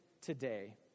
today